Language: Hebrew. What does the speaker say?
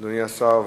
אדוני השר.